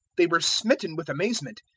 they were smitten with amazement,